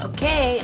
Okay